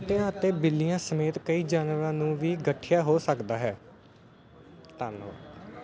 ਕੁੱਤਿਆਂ ਅਤੇ ਬਿੱਲੀਆਂ ਸਮੇਤ ਕਈ ਜਾਨਵਰਾਂ ਨੂੰ ਵੀ ਗਠੀਆ ਹੋ ਸਕਦਾ ਹੈ ਧੰਨਵਾਦ